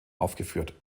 aufgeführt